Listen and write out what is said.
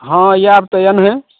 हँ आएब तऽ एनहेँ